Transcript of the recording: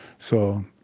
so,